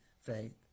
faith